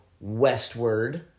westward